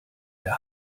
der